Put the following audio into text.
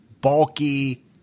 bulky